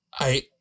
I-